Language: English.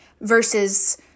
versus